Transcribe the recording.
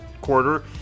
quarter